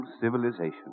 civilization